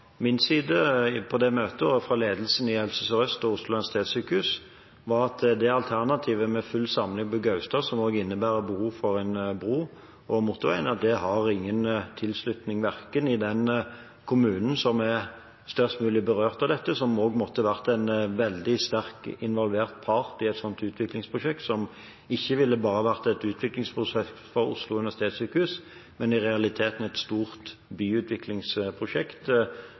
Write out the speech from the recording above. min side og fra ledelsen i Helse Sør-Øst og Oslo universitetssykehus, var at alternativet med full samling på Gaustad, som også innebærer behov for en bro over motorveien, ikke har tilslutning i den kommunen som er mest berørt av dette, og som også måtte ha vært en sterkt involvert part i et slikt utviklingsprosjekt, som ikke bare ville vært et utviklingsprosjekt for Oslo universitetssykehus, men i realiteten et stort byutviklingsprosjekt